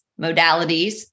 modalities